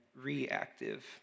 reactive